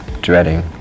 dreading